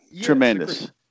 Tremendous